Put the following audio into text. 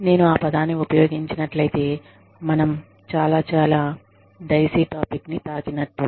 నేను ఆ పదాన్ని ఉపయోగించినట్లయితే మనం చాలా చాలా డైసీ టాపిక్ ని తాకినట్టు